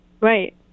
Right